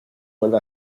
vuelve